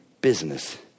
business